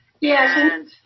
Yes